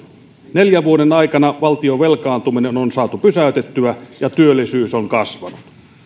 neljän vuoden aikana valtion velkaantuminen on saatu pysäytettyä ja työllisyys on kasvanut